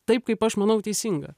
taip kaip aš manau teisinga